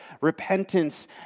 repentance